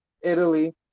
Italy